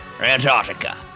Antarctica